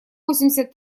восемьдесят